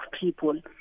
people